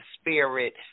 spirit